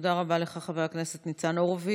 תודה רבה לך, חבר הכנסת ניצן הורוביץ.